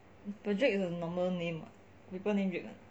but drake is a normal name [what] people name drake